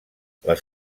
les